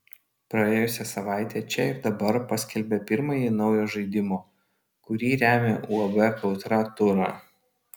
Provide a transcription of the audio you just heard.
praėjusią savaitę čia ir dabar paskelbė pirmąjį naujo žaidimo kurį remia uab kautra turą